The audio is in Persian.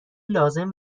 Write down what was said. لازم